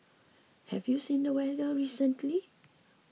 have you seen the weather recently